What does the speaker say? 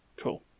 cool